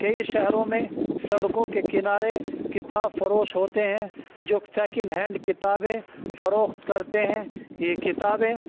کئی شہروں میں سڑکوں کے کنارے کتاب فروش ہوتے ہیں جو سیکنڈ ہینڈ کتابیں فروخت کرتے ہیں یہ کتابیں